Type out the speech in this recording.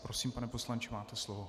Prosím, pane poslanče, máte slovo.